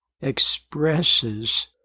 expresses